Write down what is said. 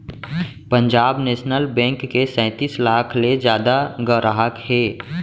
Punjab national bank के सैतीस लाख ले जादा गराहक हे